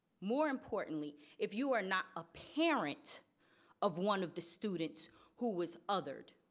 more importantly, if you are not a parent of one of the students who was othered,